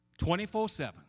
24-7